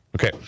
Okay